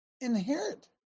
inherit